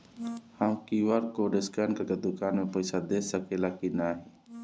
हम QR code scan करके दुकान में पईसा दे सकेला की नाहीं?